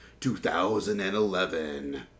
2011